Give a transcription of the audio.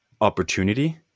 opportunity